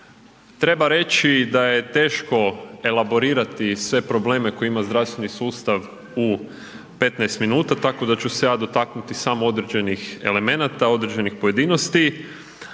treba reći da je teško elaborirati sve probleme koje ima zdravstveni sustav u 15 minuta, tako da ću se ja dotaknuti samo određenih elemenata, određenih pojedinosti,